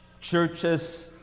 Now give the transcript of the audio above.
churches